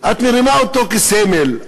את מרימה אותו כסמל,